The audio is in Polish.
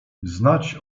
znać